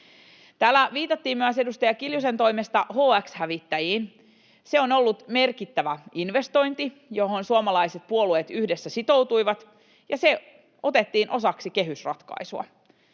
Täällä viitattiin myös edustaja Kiljusen toimesta HX-hävittäjiin. Se on ollut merkittävä investointi, johon suomalaiset puolueet yhdessä sitoutuivat, ja se otettiin osaksi kehysratkaisua.